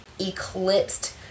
eclipsed